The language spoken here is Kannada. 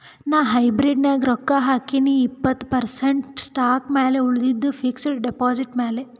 ನಾ ಹೈಬ್ರಿಡ್ ನಾಗ್ ರೊಕ್ಕಾ ಹಾಕಿನೀ ಇಪ್ಪತ್ತ್ ಪರ್ಸೆಂಟ್ ಸ್ಟಾಕ್ ಮ್ಯಾಲ ಉಳಿದಿದ್ದು ಫಿಕ್ಸಡ್ ಡೆಪಾಸಿಟ್ ಮ್ಯಾಲ